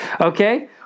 Okay